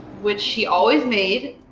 which she always made,